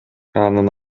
анын